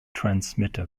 transmitter